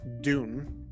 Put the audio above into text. Dune